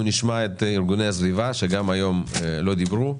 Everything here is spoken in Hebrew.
נשמע את ארגוני הסביבה, שגם הם לא דיברו היום.